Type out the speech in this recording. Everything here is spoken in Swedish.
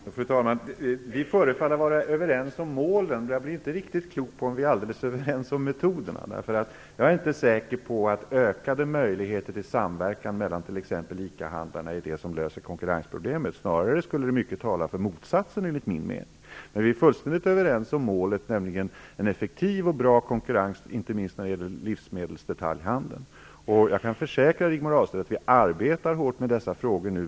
Fru talman! Vi förefaller vara överens om målen, men jag blir inte riktigt klok på om vi är helt överens om metoderna. Jag är nämligen inte säker på att ökade möjligheter till samverkan mellan t.ex. ICA-handlarna är det som löser konkurrensproblemet. Snarare skulle mycket tala för motsatsen, enligt min mening. Men vi är fullständigt överens om målet, nämligen en effektiv och bra konkurrens, inte minst när det gäller livsmedelsdetaljhandeln. Jag kan försäkra Rigmor Ahlstedt att vi arbetar hårt med dessa frågor nu.